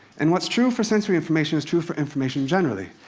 and what's true for sensory information is true for information generally.